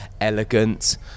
elegant